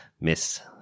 Miss